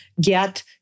get